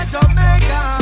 Jamaica